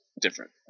different